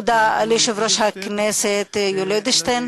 תודה ליושב-ראש הכנסת יולי אדלשטיין,